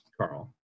Carl